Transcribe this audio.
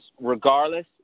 regardless